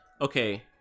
okay